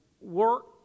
work